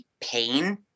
pain